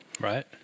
Right